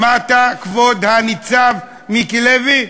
שמעת, כבוד הניצב מיקי לוי?